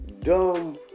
dumb